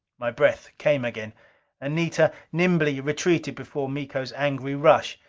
my breath came again anita nimbly retreated before miko's angry rush.